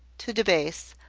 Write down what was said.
to debase,